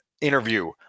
interview